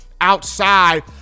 outside